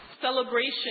celebration